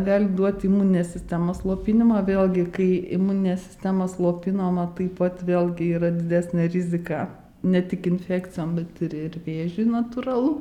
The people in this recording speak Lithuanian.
gali duoti imuninės sistemos slopinimą vėlgi kai imuninė sistema slopinama taip pat vėlgi yra didesnė rizika ne tik infekcijom bet ir ir vėžiui natūralu